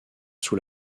sous